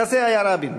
כזה היה רבין,